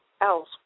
else